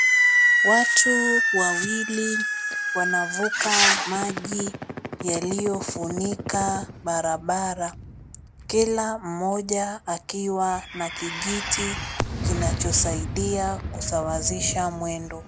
Watu wawili wanavuka maji yaliyofunika barabara kila mmoja akiwa na kijiti kinachosaidia kusawazisha mwendo.